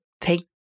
take